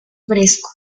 fresco